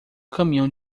caminhão